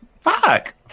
fuck